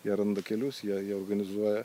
jie randa kelius jei jie organizuoja